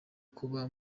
kuba